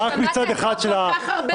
שמעת את הטענות.